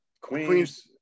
Queens